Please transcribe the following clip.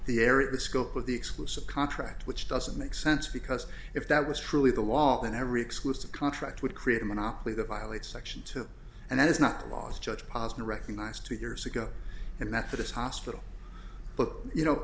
the area of the scope of the exclusive contract which doesn't make sense because if that was truly the wall then every exclusive contract would create a monopoly that violates section two and that is not laws judge pozner recognized two years ago in methodist hospital but you know